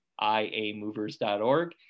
iamovers.org